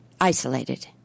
isolated